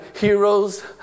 heroes